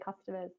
customers